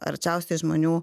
arčiausiai žmonių